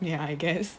ya I guess